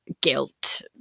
guilt